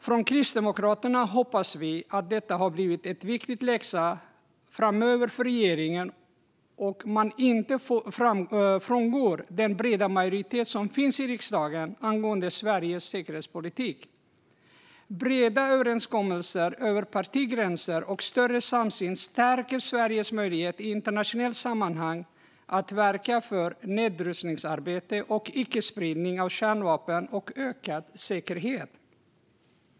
Från Kristdemokraternas sida hoppas vi att detta har blivit en viktig läxa för regeringen och att man inte frångår den breda majoritet som finns i riksdagen angående Sveriges säkerhetspolitik. Breda överenskommelser över partigränser och större samsyn stärker Sveriges möjligheter att i internationella sammanhang verka för nedrustning, icke-spridning av kärnvapen och ökad säkerhet.